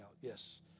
Yes